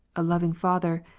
a loving father,